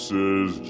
Says